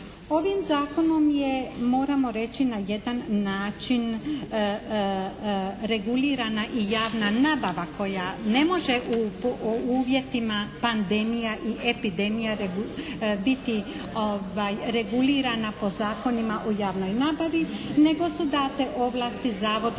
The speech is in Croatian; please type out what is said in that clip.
Ovim zakonom je moramo reći na jedan način regulirana i javna nabava koja ne može u uvjetima pandemija i epidemija biti regulirana po Zakonima o javnoj nabavi, nego su date ovlasti Zavodima